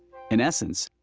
in essence,